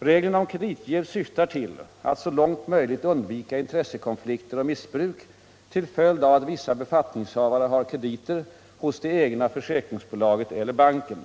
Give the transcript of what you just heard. Reglerna om kreditjäv syftar till att så långt möjligt undvika intressekonflikter och missbruk till följd av att vissa befattningshavare har krediter hos det egna försäkringsbolaget eller banken.